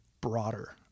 broader